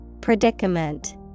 Predicament